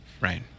Right